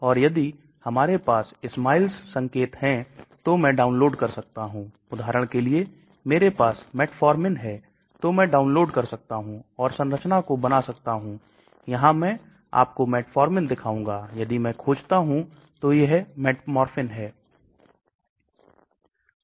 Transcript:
LogP को संशोधित करें इसे अधिक हाइड्रोफिलिक बनाएं इसको लवण में बनाएं ध्रुवीय समूहों को जोड़ें सामग्री के क्रिस्टलीकरण को कम करें इत्यादि और हम वाहक का प्रयोग कर सकते हैं और आजकल दवा के वाहको जैसे nanoparticles liposomes इत्यादि में बहुत रुचि है